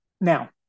Now